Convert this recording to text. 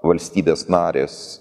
valstybės narės